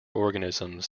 organisms